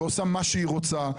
ועושה מה שהיא רוצה,